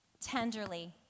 Tenderly